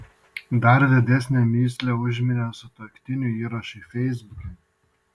dar didesnę mįslę užminė sutuoktinių įrašai feisbuke